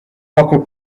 poco